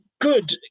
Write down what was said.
Good